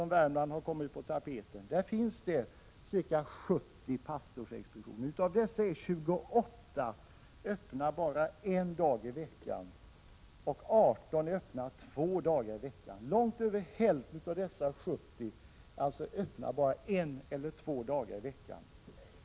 I Värmland finns ca 70 pastorsexpeditioner. Av dessa är 28 öppna bara en dag i veckan och 18 två dagar i veckan. Långt över hälften av dessa expeditioner är alltså öppna bara en eller två dagar i veckan.